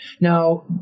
now